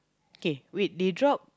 kay wait they drop